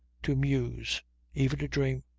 to muse even to dream